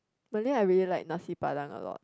Malay I really like nasi-padang a lot